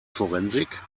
forensik